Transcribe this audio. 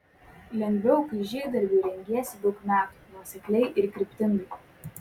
lengviau kai žygdarbiui rengiesi daug metų nuosekliai ir kryptingai